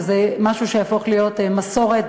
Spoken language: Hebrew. וזה משהו שיהפוך להיות מסורת,